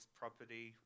property